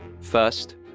First